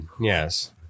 yes